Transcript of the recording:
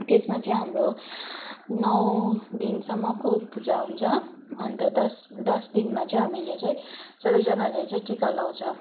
त्यसमा चाहिँ हाम्रो नौ दिनसम्मको पूजा हुन्छ अन्त दस दस दिनमा चाहिँ हामीले चाहिँ सबैजनाले चाहिँ टिका लाउँछ